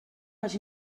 les